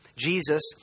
Jesus